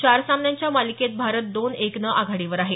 चार सामन्यांच्या मालिकेत भारत दोन एकनं आघाडीवर आहे